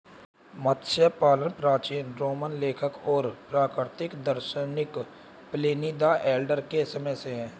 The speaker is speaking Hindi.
मत्स्य पालन प्राचीन रोमन लेखक और प्राकृतिक दार्शनिक प्लिनी द एल्डर के समय से है